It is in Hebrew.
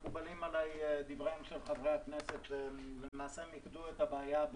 מקובלים עלי דברי חברי הכנסת שלמעשה מיקדו את הבעיה.